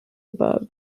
above